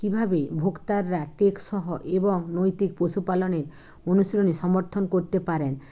কীভাবে ভোক্তারা টেকসই এবং নৈতিক পশুপালনের অনুশীলন সমর্থন করতে পারেন